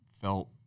felt